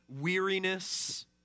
weariness